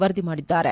ವರದಿ ಮಾಡಿದ್ದಾರೆ